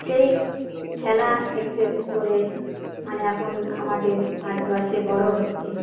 সেই খেলা একটু একটু করে মানে এখন আমাদের ভারতবর্ষে বড়ো হচ্ছে